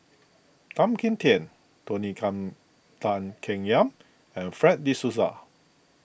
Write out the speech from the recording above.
Tan Kim Tian Tony come Tan Keng Yam and Fred De Souza